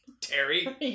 Terry